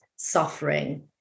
suffering